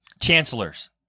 Chancellors